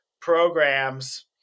programs